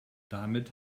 damit